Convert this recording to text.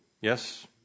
Yes